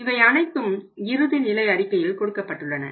இவை அனைத்தும் இறுதிநிலை அறிக்கையில் கொடுக்கப்பட்டுள்ளன